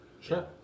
Sure